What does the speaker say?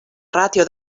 ràtio